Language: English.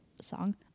song